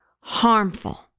harmful